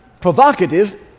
provocative